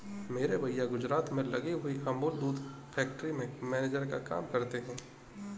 मेरे भैया गुजरात में लगी हुई अमूल दूध फैक्ट्री में मैनेजर का काम करते हैं